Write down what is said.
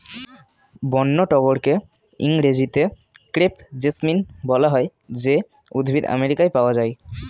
বন্য টগরকে ইংরেজিতে ক্রেপ জেসমিন বলা হয় যে উদ্ভিদ আমেরিকায় পাওয়া যায়